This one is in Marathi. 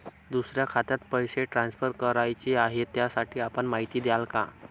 दुसऱ्या खात्यात पैसे ट्रान्सफर करायचे आहेत, त्यासाठी आपण माहिती द्याल का?